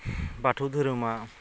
बाथौ धोरोमा